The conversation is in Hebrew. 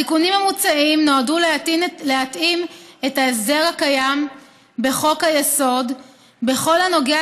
התיקונים המוצעים נועדו להתאים את ההסדר הקיים בחוק-היסוד בכל הנוגע